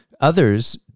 others